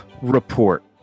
Report